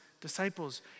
disciples